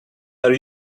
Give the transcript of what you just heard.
are